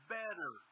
better